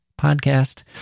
podcast